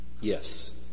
Yes